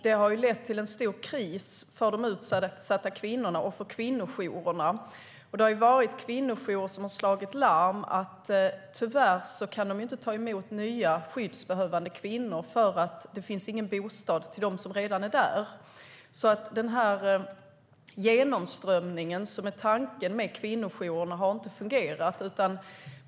Det har lett till en stor kris för de utsatta kvinnorna och för kvinnojourerna. Det har varit kvinnojourer som har slagit larm om att de tyvärr inte kan ta emot nya skyddsbehövande kvinnor eftersom det inte finns bostäder till dem som redan är där. Den genomströmning som är tanken när det gäller kvinnojourerna har alltså inte fungerat.